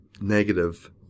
negative